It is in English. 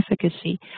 efficacy